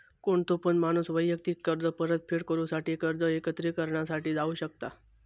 कोणतो पण माणूस वैयक्तिक कर्ज परतफेड करूसाठी कर्ज एकत्रिकरणा साठी जाऊ शकता